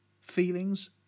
feelings